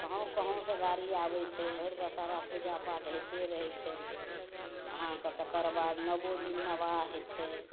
कहाॅं कहाॅं सॅं गाड़ी आबै छै भरि दशहरा पूजा पाठ होइते रहै छै अहाँके तकर बाद नओ दिन नवाह होइ छै